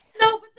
No